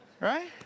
right